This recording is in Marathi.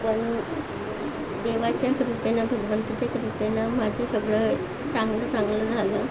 पण देवाच्या कृपेनं भगवंताच्या कृपेनं माझं सगळं चांगलं चांगलं झालं